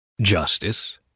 Justice